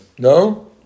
No